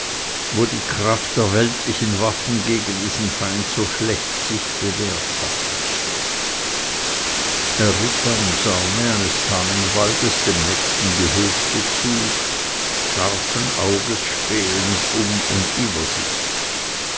wo die kraft der weltlichen waffen gegen diesen feind so schlecht sich bewährt hatte er ritt am saume eines tannenwaldes dem nächsten gehöfe zu scharfen auges spähend um und über sich